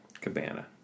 Cabana